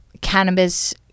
cannabis